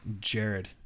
Jared